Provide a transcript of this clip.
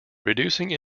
reducing